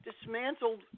dismantled